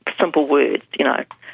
simple words, you know,